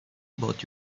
about